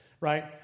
right